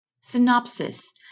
Synopsis